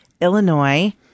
Illinois